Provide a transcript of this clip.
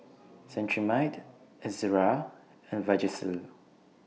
Cetrimide Ezerra and Vagisil